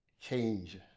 change